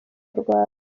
rwanda